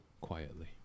quietly